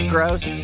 gross